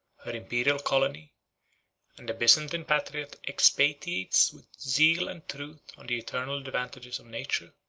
her imperial colony and the byzantine patriot expatiates with zeal and truth on the eternal advantages of nature,